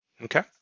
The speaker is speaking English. Okay